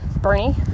Bernie